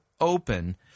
open